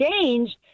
change